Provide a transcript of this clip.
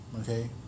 okay